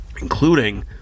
Including